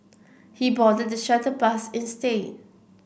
he boarded the shuttle bus instead